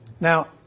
Now